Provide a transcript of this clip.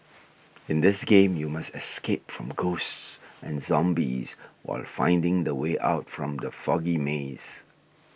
in this game you must escape from ghosts and zombies while finding the way out from the foggy maze